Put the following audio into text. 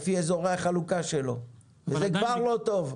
לפי אזורי החלוקה שלו וזה כבר לא טוב.